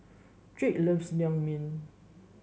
Drake loves Naengmyeon